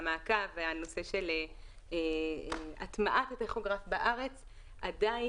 המעקב והנושא של הטמעת הטכוגרף בארץ עדיין